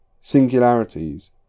Singularities